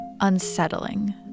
unsettling